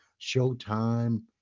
Showtime